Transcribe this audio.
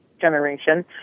generation